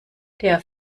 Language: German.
der